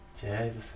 Jesus